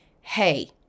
hey